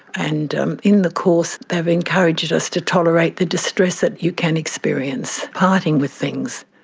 and in the course they have encouraged us to tolerate the distress that you can experience parting with things.